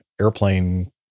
airplane